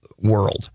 world